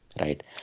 right